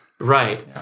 Right